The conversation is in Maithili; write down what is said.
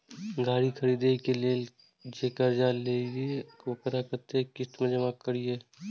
गाड़ी खरदे के लेल जे कर्जा लेलिए वकरा कतेक किस्त में जमा करिए?